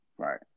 Right